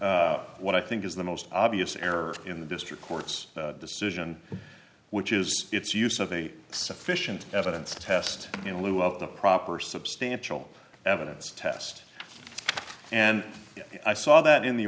what i think is the most obvious error in the district court's decision which is its use of a sufficient evidence to test in lieu of the proper substantial evidence test and i saw that in the